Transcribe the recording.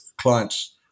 clients